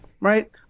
right